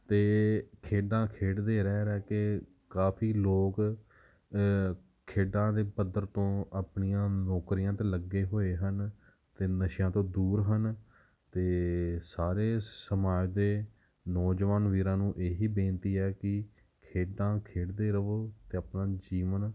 ਅਤੇ ਖੇਡਾਂ ਖੇਡਦੇ ਰਹਿ ਰਹਿ ਕੇ ਕਾਫੀ ਲੋਕ ਖੇਡਾਂ ਦੇ ਪੱਧਰ ਤੋਂ ਆਪਣੀਆਂ ਨੌਕਰੀਆਂ 'ਤੇ ਲੱਗੇ ਹੋਏ ਹਨ ਅਤੇ ਨਸ਼ਿਆਂ ਤੋਂ ਦੂਰ ਹਨ ਅਤੇ ਸਾਰੇ ਸਮਾਜ ਦੇ ਨੌਜਵਾਨ ਵੀਰਾਂ ਨੂੰ ਇਹੀ ਬੇਨਤੀ ਹੈ ਕਿ ਖੇਡਾਂ ਖੇਡਦੇ ਰਹੋ ਅਤੇ ਆਪਣਾ ਜੀਵਨ